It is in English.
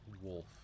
Wolf